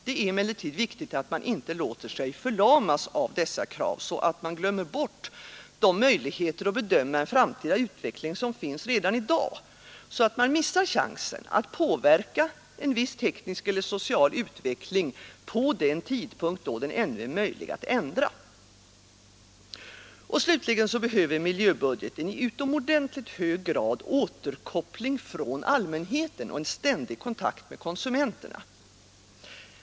Det är emellertid viktigt att man inte låter sig förlamas av dessa Krav, så att man glömmer bort de möjligheter att bedöma en framtida utveckling som finns redan i dag, och så att man missar chansen att påverka en viss teknisk eller social utveckling vid den tidpunkt, då den ännu är möjlig att ändra. Slutligen behöver miljöbudgeten i utomordentligt hög grad återkoppling från allmänheten och en ständig kontakt med konsumenterna.